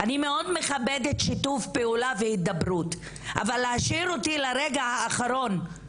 אני מכבדת שיתוף פעולה והידברות אבל להשאיר אותי לרגע האחרון,